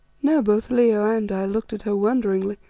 now both leo and i looked at her wonderingly,